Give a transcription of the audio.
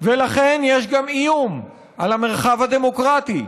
ולכן יש גם איום על המרחב הדמוקרטי,